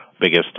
biggest